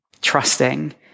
Trusting